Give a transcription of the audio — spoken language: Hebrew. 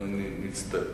אני מצטער.